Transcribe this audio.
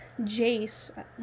Jace